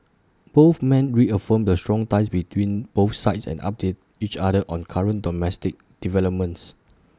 both men reaffirmed the strong ties between both sides and updated each other on current domestic developments